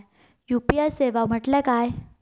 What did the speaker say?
UPI सेवा म्हटल्या काय?